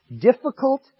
Difficult